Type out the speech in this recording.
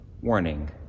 warning